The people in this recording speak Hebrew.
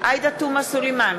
עאידה תומא סלימאן,